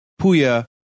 Puya